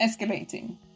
escalating